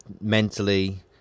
mentally